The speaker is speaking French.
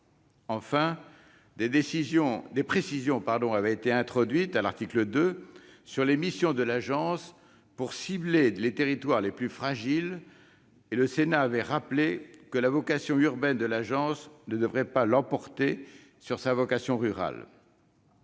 Enfin, des précisions avaient été introduites, à l'article 2, sur les missions de l'agence pour cibler les territoires les plus fragiles, et le Sénat avait rappelé que la vocation urbaine de l'agence ne devrait pas l'emporter sur sa vocation rurale.